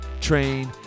train